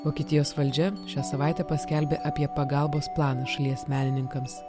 vokietijos valdžia šią savaitę paskelbė apie pagalbos planą šalies menininkams